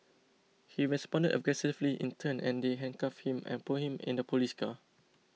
he responded aggressively in turn and they handcuffed him and put him in the police car